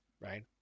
right